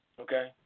Okay